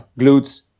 glutes